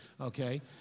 okay